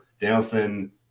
Danielson